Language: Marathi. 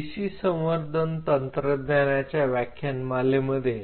पेशी संवर्धन तंत्रज्ञानाच्या व्याख्यानमालेमध्ये